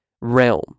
realm